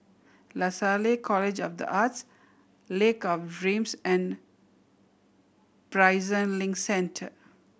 Lasalle College of The Arts Lake of Dreams and Prison Link Centre